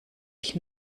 ich